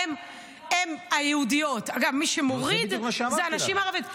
אגב, מי שמוריד זה הנשים הערביות.